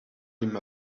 him